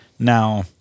Now